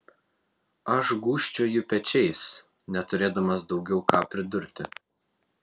aš gūžčioju pečiais neturėdamas daugiau ką pridurti